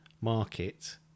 market